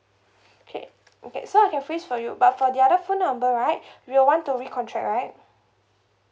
okay okay so I can freeze for you but for the other phone number right we will want to recontract right